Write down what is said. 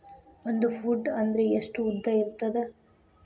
ಒಂದು ಫೂಟ್ ಅಂದ್ರೆ ಎಷ್ಟು ಉದ್ದ ಇರುತ್ತದ?